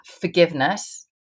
Forgiveness